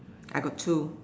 I got two